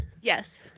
Yes